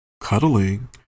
cuddling